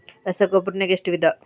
ರಸಗೊಬ್ಬರ ನಾಗ್ ಎಷ್ಟು ವಿಧ?